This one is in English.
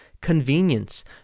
convenience